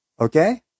okay